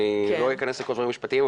אני לא איכנס לכל הדברים המשפטיים,